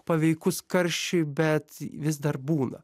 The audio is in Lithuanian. paveikus karščiui bet vis dar būna